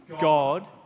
God